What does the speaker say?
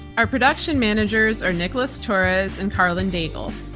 our production managers are nicholas torres and karlyn daigle.